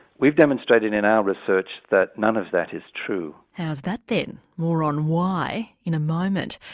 we've demonstrated in our research that none of that is true. how's that then? more on why in a moment.